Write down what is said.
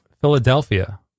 Philadelphia